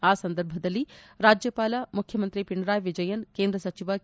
ಆ ಸಂದರ್ಭದಲ್ಲಿ ರಾಜ್ಯಪಾಲ ಮುಖ್ಯಮಂತ್ರಿ ಪಿಣರಾಯಿ ವಿಜಯನ್ ಕೇಂದ್ರಸಚಿವ ಕೆ